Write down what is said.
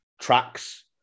tracks